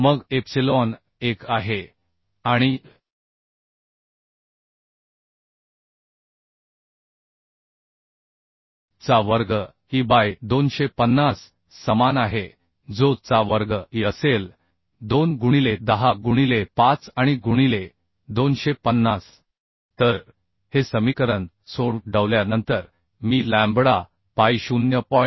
मग एप्सिलॉन 1 आहे आणि π चा वर्ग e बाय 250 समान आहे जो π चा वर्ग e असेल 2 गुणिले 10 गुणिले 5 आणि गुणिले 250 तर he समीकरन सो डवल्या नंतर मी लॅम्बडा पाई 0